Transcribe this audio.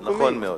נכון, נכון מאוד.